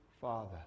father